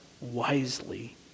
wisely